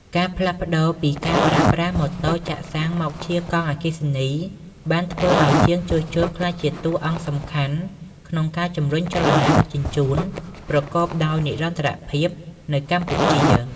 ការផ្លាស់ប្តូរពីការប្រើប្រាស់ម៉ូតូចាក់សាំងមកជាកង់អគ្គិសនី បានធ្វើឱ្យជាងជួសជុលក្លាយជាតួអង្គសំខាន់ក្នុងការជំរុញចលនាដឹកជញ្ជូនប្រកបដោយនិរន្តរភាពនៅកម្ពុជា។